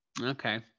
Okay